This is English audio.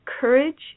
courage